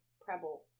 Preble